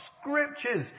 scriptures